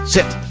Sit